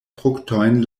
fruktojn